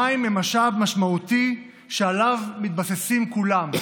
המים הם משאב משמעותי שעליו מתבססים כולם,